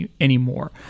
anymore